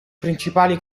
principali